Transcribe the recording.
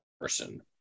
person